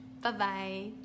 bye-bye